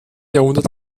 jahrhundert